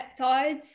peptides